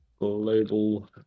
global